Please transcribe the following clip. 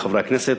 בחברי הכנסת.